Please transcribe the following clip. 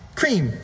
cream